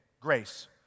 Grace